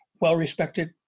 well-respected